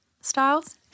styles